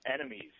enemies